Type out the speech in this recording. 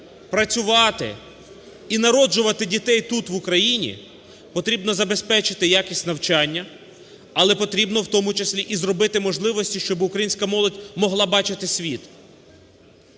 працювати і народжувати дітей тут, в Україні, потрібно забезпечити якість навчання, але потрібно в тому числі і зробити можливості, щоб українська молодь могла бачити світ.